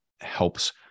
helps